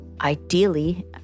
ideally